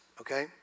okay